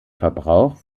verbrauch